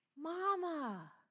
Mama